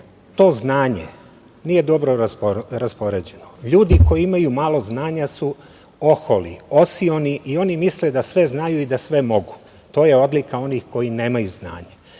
to znanje nije dobro raspoređeno. Ljudi koji imaju malo znanja su oholi, osioni i oni misle da sve znaju i da sve mogu, to je odlika onih koji nemaju znanje.